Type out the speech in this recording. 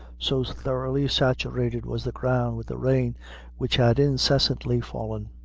so thoroughly saturated was the ground with the rain which had incessantly fallen.